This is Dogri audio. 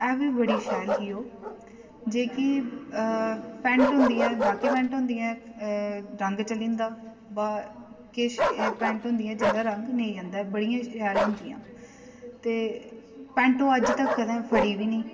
एह् बी बड़ी शैल ही ओह् जेह्की पैंट होंदी ऐ बाकी पैंट होंदी ऐ रंग चली जंदा बा किश पैंट होंदी ऐ जिंदा रंग नेईं जंदा ऐ बड़ियां शैल होंदियां ते पैंट ओह् अज्ज तक कदें फटी बी नेईं